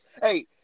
Hey